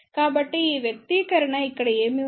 కాబట్టి ఈ వ్యక్తీకరణ ఇక్కడ ఏమి ఉంది